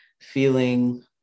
feeling